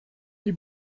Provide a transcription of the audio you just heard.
die